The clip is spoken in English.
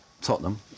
Tottenham